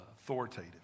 authoritative